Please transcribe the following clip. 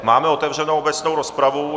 Máme otevřenou obecnou rozpravu.